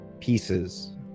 pieces